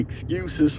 excuses